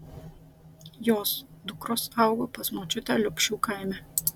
jos dukros augo pas močiutę liupšių kaime